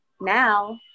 now